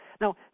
Now